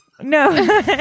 No